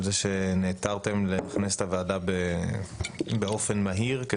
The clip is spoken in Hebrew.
על זה שנעתרתם לכנס את הוועדה באופן מהיר,